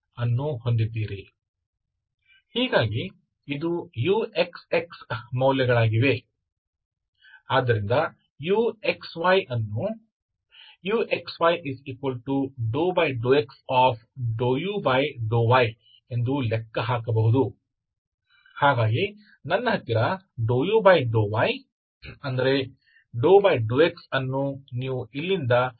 ಹಾಗಾಗಿ ನನ್ನ ∂u∂y ಅಂದರೆ ∂x ಅನ್ನು ನೀವು ಇಲ್ಲಿಂದ ಬದಲಾಯಿಸಬಹುದು